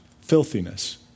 Filthiness